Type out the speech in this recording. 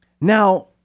Now